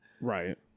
Right